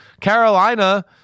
Carolina